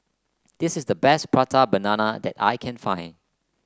this is the best Prata Banana that I can find